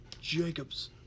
Jacobs